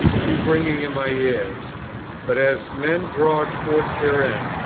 keep ringing in my ears but as men draw towards their end,